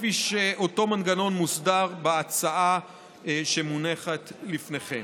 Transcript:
כפי שאותו מנגנון מוסדר בהצעה שמונחת לפניכם.